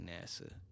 NASA